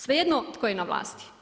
Svejedno tko je na vlasti.